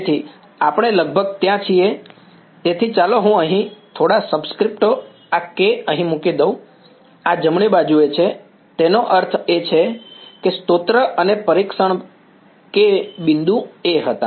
તેથી આપણે લગભગ ત્યાં છીએ તેથી ચાલો હું અહીં થોડા સબસ્ક્રિપ્ટો આ K અહીં મૂકી દઉં આ જમણી બાજુએ છે તેનો અર્થ એ છે કે સ્ત્રોત અને પરીક્ષણ K બિંદુ A હતા